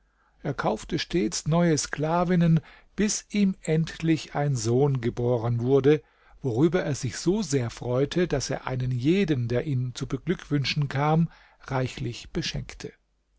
er kaufte stets neue sklavinnen bis ihm endlich ein sohn geboren wurde worüber er sich so sehr freute daß er einen jeden der ihn zu beglückwünschen kam reichlich beschenkte